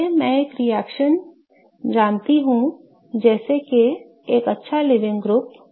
इसलिए मैं एक रिएक्शन जानता हूं जैसे कि एक अच्छा लीविंग ग्रुप